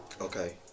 Okay